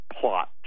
plot